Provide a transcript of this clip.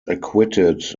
acquitted